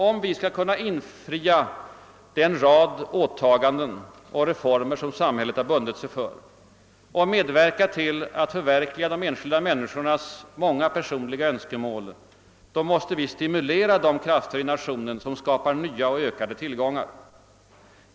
Om vi skall kunna infria den rad åtaganden och reformer som samhället bundit sig för och medverka till att förverkliga de enskilda människornas många personliga önskemål, måste vi stimulera de krafter i nationen som skapar nya och ökade tillgångar.